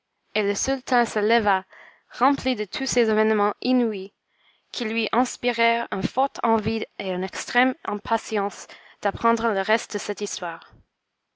et le sultan se leva rempli de tous ces événements inouïs qui lui inspirèrent une forte envie et une extrême impatience d'apprendre le reste de cette histoire